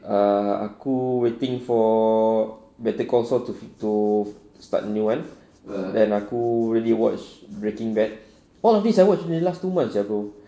ah aku waiting for better call saul to start a new one then aku already watch breaking bad all these I watch in the last two months sia bro